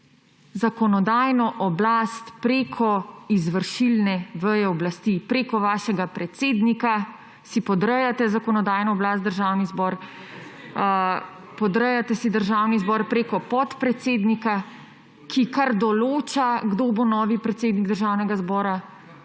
zakonodajno oblast preko izvršilne veje oblasti. Preko vašega predsednika si podrejate zakonodajno oblast, Državni zbor, podrejate si Državni zbor preko podpredsednika, ki kar določa, kdo bo novi predsednik Državnega zbora,